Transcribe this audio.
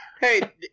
Hey